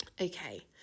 Okay